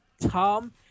Tom